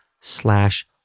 slash